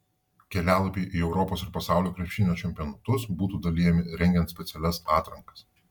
kelialapiai į europos ir pasaulio krepšinio čempionatus būtų dalijami rengiant specialias atrankas